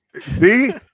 See